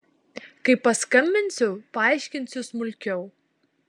kai paskambinsiu paaiškinsiu smulkiau